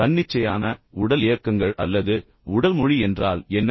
இப்போது தன்னிச்சையான உடல் இயக்கங்கள் அல்லது உடல் மொழி என்றால் என்ன